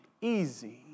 easy